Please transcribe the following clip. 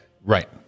Right